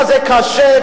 לבתי-השקעות,